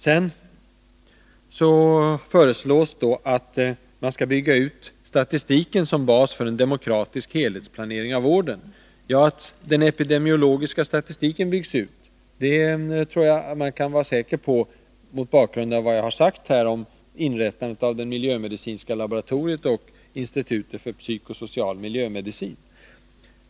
Det föreslås vidare att man skall bygga ut statistiken som bas för en demokratisk helhetsplanering av vården. Ja, att den epidemiologiska statistiken byggs ut tror jag man kan vara säker på mot bakgrund av vad jag här sagt om inrättandet av det miljömedicinska laboratoriet och institutet för psykosocial miljömedicin.